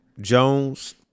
Jones